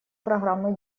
программы